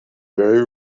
very